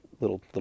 little